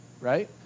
right